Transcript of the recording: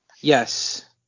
Yes